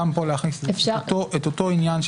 אפשר באותו מידה גם פה להכניס את אותו עניין,